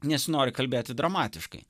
nesinori kalbėti dramatiškai